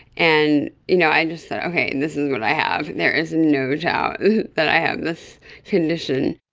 and you know i just thought, okay, and this is what i have, there is no doubt that i have this condition.